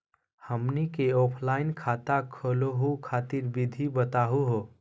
हमनी क ऑफलाइन खाता खोलहु खातिर विधि बताहु हो?